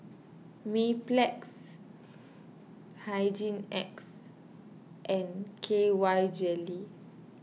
Mepilex Hygin X and K Y Jelly